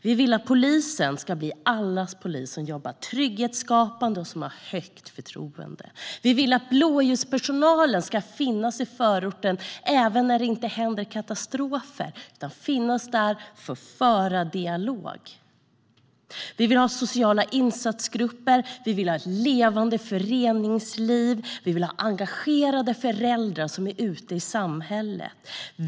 Vi vill att polisen ska bli allas polis, jobba trygghetsskapande och ha ett högt förtroende. Vi vill att blåljuspersonalen ska finnas i förorten även när det inte händer katastrofer; de ska finnas där för att föra en dialog. Vi vill ha sociala insatsgrupper, vi vill ha ett levande föreningsliv och vi vill ha engagerade föräldrar som är ute i samhället.